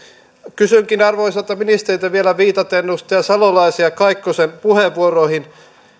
kysynkin arvoisalta ministeriltä vielä viitaten edustajien salolainen ja kaikkonen puheenvuoroihin